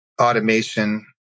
automation